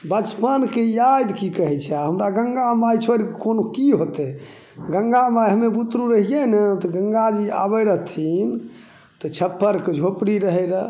बचपनके याद की कहै छै हमरा गङ्गा माइ छोड़ि कोनो की होयतै गङ्गामाइ हमे बुतरू रहियै ने तऽ गङ्गाजी आबै रहथिन तऽ छप्परके झोपड़ी रहै रऽ